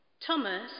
Thomas